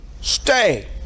stay